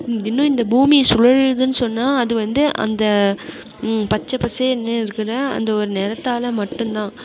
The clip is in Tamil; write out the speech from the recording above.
இன்னும் இந்த பூமி சுழலுதுனு சொன்னால் அது வந்து அந்த பச்சை பசேல்ன்னு இருக்கிற அந்த ஒரு நிறத்தால மட்டுந்தான்